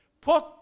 put